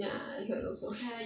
ya I heard also